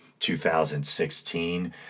2016